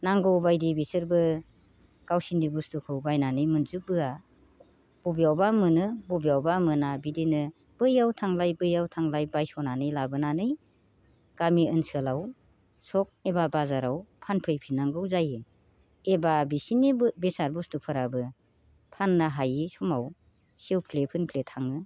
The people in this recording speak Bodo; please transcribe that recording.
नांगौ बायदि बिसोरबो गावसोरनि बुस्तुखौ बायनानै मोनजोबबोआ बबेयावबा मोनो बबेयावबा मोना बिदिनो बैयाव थांलाय बैयाव थांलाय बायस'नानै लाबोनानै गामि ओनसोलाव चक एबा बाजाराव फानफैफिननांगौ जायो एबा बिसोरनि बेसाद बुस्तुफोराबो फाननो हायि समाव सेवख्ले फोनख्ले थाङो